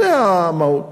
זו המהות.